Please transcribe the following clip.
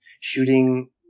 shooting